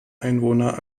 einwohner